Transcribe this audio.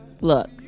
look